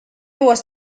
was